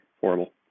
Horrible